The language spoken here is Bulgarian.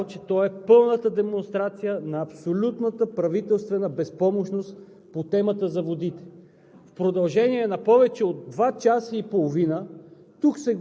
това дълго и протяжно изслушване, е разбрал, че то е пълната демонстрация на абсолютната правителствена безпомощност по темата за водите.